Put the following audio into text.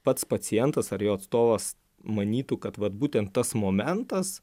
pats pacientas ar jo atstovas manytų kad vat būtent tas momentas